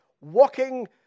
walking